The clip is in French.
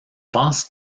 pense